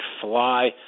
fly